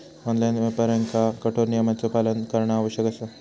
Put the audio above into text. online व्यापाऱ्यांना कठोर नियमांचो पालन करणा आवश्यक असा